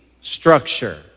structure